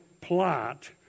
plot